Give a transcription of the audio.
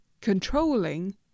controlling